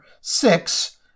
six